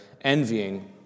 envying